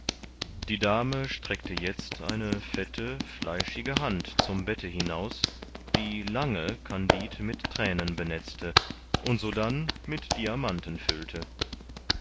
die dame streckte jetzt eine fette fleischige hand zum bette hinaus die lange kandid mit thränen benetzte und sodann mit diamanten füllte